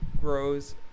grows